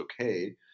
okay